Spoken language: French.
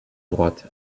droite